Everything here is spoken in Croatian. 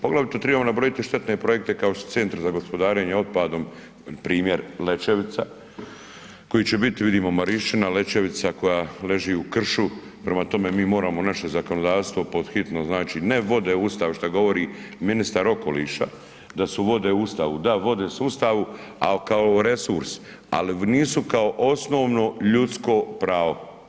Poglavito trebamo nabrojiti štetne projekte kao što je Centar za gospodarenje otpadom primjer Lećevica koji će biti vidimo Marišćina, Lećevica koja leži u kršu, prema tome mi moramo naše zakonodavstvo pod hitno znači ne vode, Ustav šta govori ministar okoliša da su vode u Ustavu, da vode su u Ustavu al kao resurs, al nisu kao osnovno ljudsko pravo.